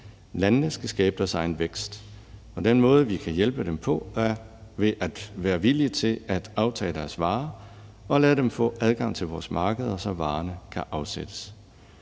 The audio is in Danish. Landene skal skabe deres egen vækst. Og den måde, vi kan hjælpe dem på, er ved at være villige til at aftage deres varer og lade dem få adgang til vores markeder, så varerne kan afsættes.